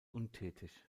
untätig